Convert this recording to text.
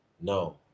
No